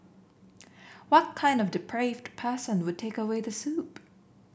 what kind of depraved person would take away the soup